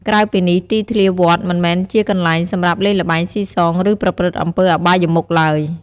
ក្រៅពីនេះទីធ្លាវត្តមិនមែនជាកន្លែងសម្រាប់លេងល្បែងស៊ីសង ឬប្រព្រឹត្តអំពើអបាយមុខឡើយ។